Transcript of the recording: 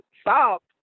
Stop